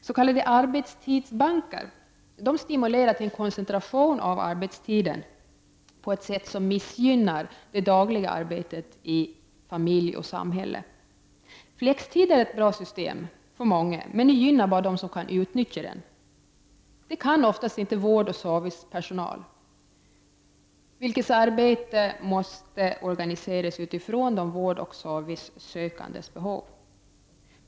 S.k. arbetstidsbanker stimulerar till koncentration av arbetstiden på ett sätt som missgynnar det dagliga livet i familj och samhälle. Flextider är bra, men ettsådant system gynnar bara den som kan utnyttja det. Det kan oftast inte vårdoch servicepersonal, vars arbete måste organiseras utifrån de vårdoch servicesökandes behov.